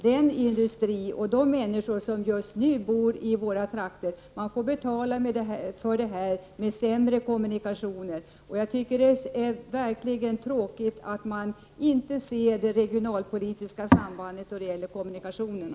Den industri och de människor som just nu bor i våra trakter får betala det med sämre kommunikationer. Det är verkligen tråkigt att man inte ser sambandet mellan regionalpolitiken och kommunikationerna.